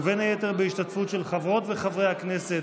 בין היתר בהשתתפות של חברות וחברי הכנסת